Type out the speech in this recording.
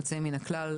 יוצא מן הכלל,